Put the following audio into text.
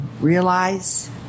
realize